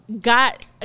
got